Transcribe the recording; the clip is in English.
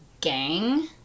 gang